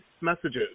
messages